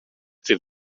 dydd